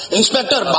Inspector